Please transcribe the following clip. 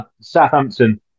Southampton